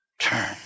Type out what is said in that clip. turn